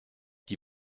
die